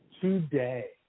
today